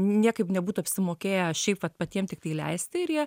niekaip nebūtų apsimokėję šiaip vat patiem tiktai leisti ir jie